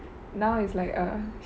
now is like err